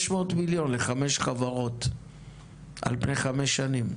600 מיליון ₪ לחמש חברות על פני חמש שנים.